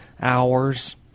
hours